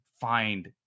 find